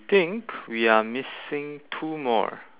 I think we are missing two more